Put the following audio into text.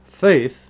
faith